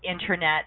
internet